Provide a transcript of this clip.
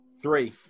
three